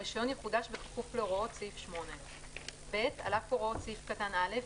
הרישיון יחודש בכפוף להוראות סעיף 8. על אף הוראות סעיף קטן (א),